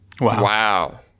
Wow